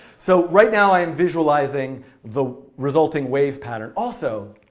so right now i am visualizing the resulting wave pattern. also,